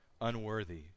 unworthy